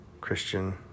Christian